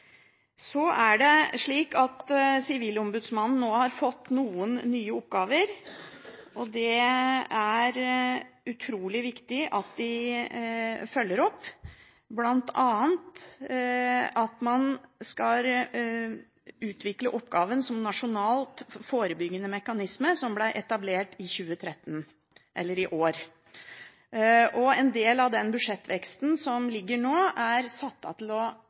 Så er det slik at Sivilombudsmannen nå har fått noen nye oppgaver, og det er utrolig viktig at de følger opp. Blant annet skal man utvikle oppgaven som «nasjonal forebyggende mekanisme», som ble etablert i 2013, altså i år. En del av den budsjettveksten som kommer nå, er satt av til å